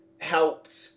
helped